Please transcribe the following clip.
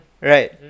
Right